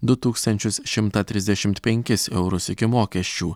du tūkstančius šimtą trisdešimt penkis eurus iki mokesčių